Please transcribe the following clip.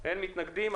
אין מתנגדים.